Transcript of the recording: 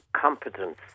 competence